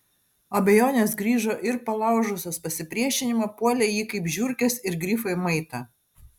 abejonės grįžo ir palaužusios pasipriešinimą puolė jį kaip žiurkės ir grifai maitą